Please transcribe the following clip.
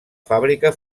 fàbrica